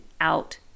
out